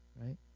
right